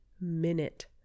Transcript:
minute